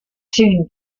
soon